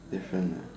different lah